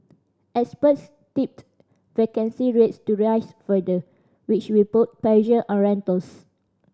experts tipped vacancy rates to rise further which will put pressure on rentals